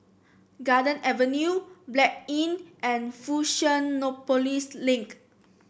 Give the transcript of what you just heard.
Garden Avenue Blanc Inn and Fusionopolis Link